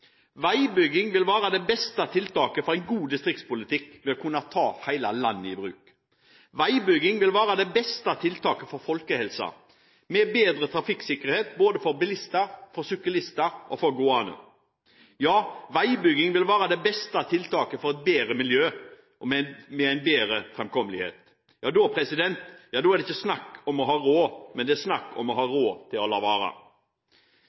en god distriktspolitikk for å kunne ta hele landet i bruk. Veibygging vil være det beste tiltaket for folkehelsen med bedre trafikksikkerhet både for bilister, for syklister og for gående. Ja, veibyggingen vil være det beste tiltaket for et bedre miljø med en bedre framkommelighet. Da er det ikke snakk om å ha råd, men det er snakk om å ha råd til å la